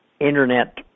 Internet